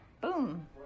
Boom